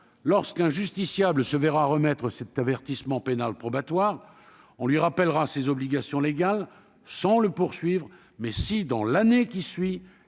lorsqu'un justiciable se verra remettre cet avertissement pénal probatoire, on lui rappellera ses obligations légales sans le poursuivre. En revanche, si dans l'année qui suit,